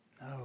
No